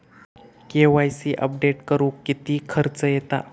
KYC update करुक किती खर्च येता?